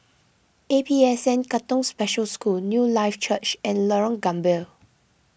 A P S N Katong Special School Newlife Church and Lorong Gambir